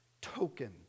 token